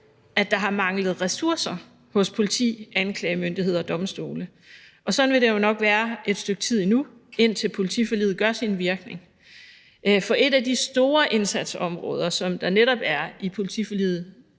at der har manglet ressourcer hos politi, anklagemyndighed og domstolene. Og sådan vil det jo nok være et stykke tid endnu, indtil politiforliget gør sin virkning. For et af de store indsatsområder, der netop er i politiforliget,